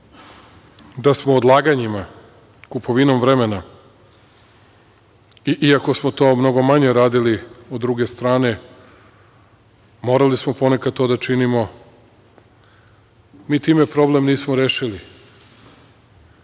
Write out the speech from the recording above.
da smo odlaganjima, kupovinom vremena, iako smo to mnogo manje radili u druge strane, morali smo ponekad to da činimo, mi time problem nismo rešili.